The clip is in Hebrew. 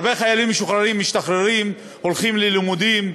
הרבה חיילים משתחררים, הולכים ללימודים,